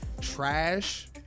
trash